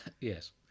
Yes